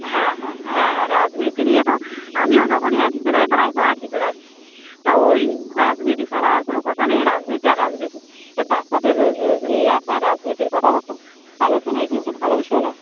হ্যাঁ হ্যাঁ হ্যাঁ রাজনীতি নিয়ে তো আমিও যখনই আসি প্রায় প্রায় তো আসি প্রায় তা ওই রাজনীতি ছাড়া আর কোনো কথা নেই রাজনীতি আর রাজনীতি এই বাচ্চাদের রোজ রোজ নিয়ে আসা রাজনীতির কথাবার্তা আলোচনা এগুলো তো ভালো বিষয় নয়